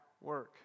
work